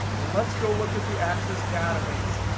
let's go look at the access database.